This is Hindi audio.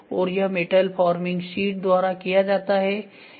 और यह मेटल फॉर्मिंग शीट द्वारा किया जाता है